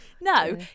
No